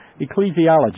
Ecclesiology